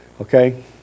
Okay